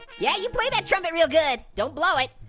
yeah, you play that trumpet real good! don't blow it!